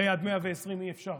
הרי עד 120 אי-אפשר.